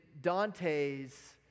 Dante's